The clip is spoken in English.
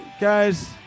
Guys